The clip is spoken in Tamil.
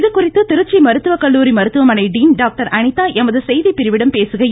இது குறித்து திருச்சி மருத்துவக்கல்லூரி மருத்துவமனை டீன் டாக்டர் அனிதா எமது செய்திப்பிரிவிடம் பேசுகையில்